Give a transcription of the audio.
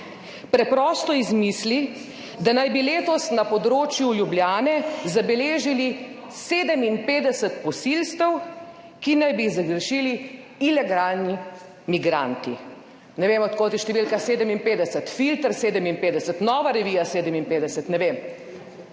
preprosto izmisli, da naj bi letos na področju Ljubljane zabeležili 57 posilstev, ki naj bi jih zagrešili ilegalni migranti. Ne vem, od kod je številka 57. Filter 57, Nova revija 57? Ne vem.